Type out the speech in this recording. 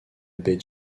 baie